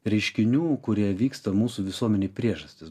reiškinių kurie vyksta mūsų visuomenėj priežastis